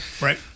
Right